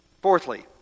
Fourthly